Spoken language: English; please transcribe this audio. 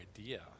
idea